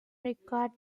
required